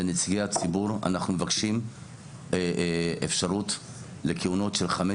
בנציגי הציבור אנחנו מבקשים אפשרות לכהונות של חמש